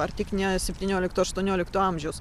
ar tik ne septyniolikto aštuoniolikto amžiaus